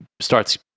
starts